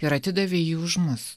ir atidavė jį už mus